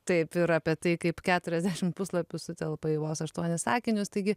taip ir apie tai kaip keturiasdešim puslapių sutelpa į vos aštuonis sakinius taigi